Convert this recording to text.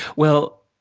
well